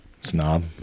Snob